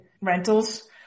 rentals